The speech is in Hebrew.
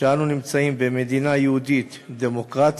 שאנו נמצאים במדינה יהודית-דמוקרטית,